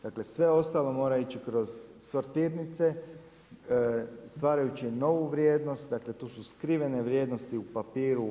Dakle, sve ostalo mora ići kroz sotirnice, stvarajući novu vrijednost, dakle, tu su skrivene vrijednosti u papiru.